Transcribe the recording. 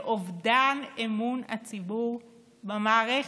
לאובדן אמון הציבור במערכת.